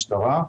משטרה.